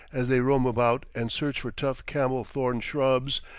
as they roam about and search for tough camel-thorn shrubs,